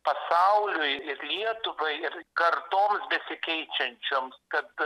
pasauliui lietuvai ir kartoms besikeičiančioms kad